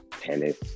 tennis